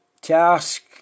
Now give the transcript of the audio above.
task